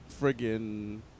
friggin